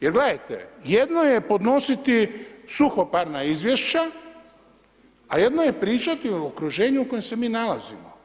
Jer gledajte, jedno je podnositi suhoparna izvješća, a jedno je pričati u okruženju u kojem se mi nalazimo.